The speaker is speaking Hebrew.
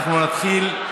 אנחנו נתחיל,